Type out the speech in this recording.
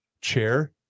chair